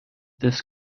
this